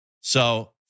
So-